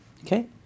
Okay